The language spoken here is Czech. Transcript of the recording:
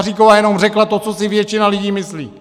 Maříková jenom řekla to, co si většina lidí myslí.